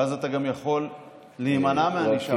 ואז אתה גם יכול להימנע מענישה,